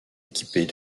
équipés